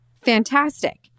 fantastic